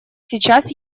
сейчас